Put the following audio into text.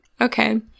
Okay